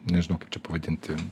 nežinau kaip čia pavadinti